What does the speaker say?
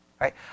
right